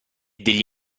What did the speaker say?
degli